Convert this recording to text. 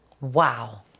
Wow